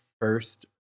first